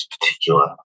particular